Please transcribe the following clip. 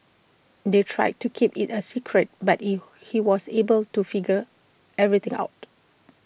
they tried to keep IT A secret but IT he was able to figure everything out